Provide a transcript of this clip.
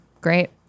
Great